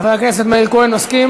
חבר הכנסת מאיר כהן, מסכים?